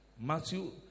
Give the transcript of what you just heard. Matthew